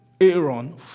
Aaron